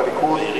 בליכוד,